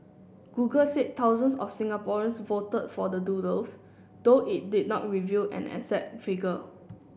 google said thousands of Singaporeans voted for the doodles though it did not reveal an exact figure